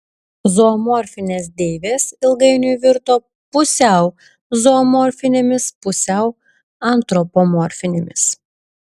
zoomorfinės deivės ilgainiui virto pusiau zoomorfinėmis pusiau antropomorfinėmis